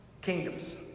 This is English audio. kingdoms